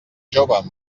jove